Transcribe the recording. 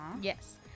Yes